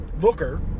looker